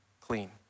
clean